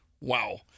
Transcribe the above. wow